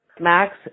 Max